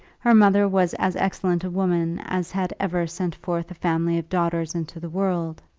her mother was as excellent a woman as had ever sent forth a family of daughters into the world,